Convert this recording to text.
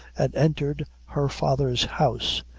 and entered her father's house.